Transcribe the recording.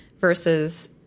versus